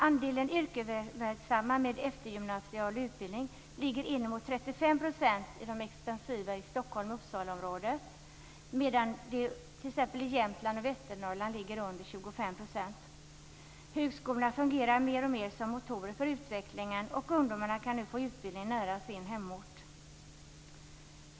Andelen yrkesverksamma med eftergymnasial utbildning är uppemot 35 % i det expansiva Stockholm-Uppsala-området, medan det t.ex. i Jämtland och Västernorrland är under 25 %. Högskolorna fungerar mer och mer som motorer för utvecklingen, och ungdomarna kan nu få utbildning nära sin hemort.